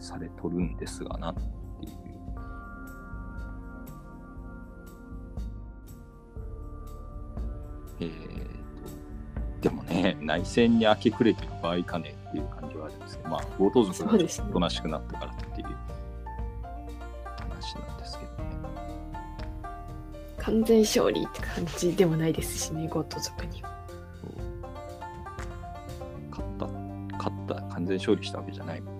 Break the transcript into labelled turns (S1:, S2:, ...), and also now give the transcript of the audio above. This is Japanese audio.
S1: されとるんですがなっていう。えーと、でもね、内戦に明け暮れてる場合かねっていう感じはあるんですけど、まあ、強盗族が
S2: そうですね。
S1: ちょっとおとなしくなったからっていう話なんですけどね。
S2: 完全勝利って感じでもないですしね、強盗族には。
S1: そう。勝った、勝ったら完全勝利したわけじゃない。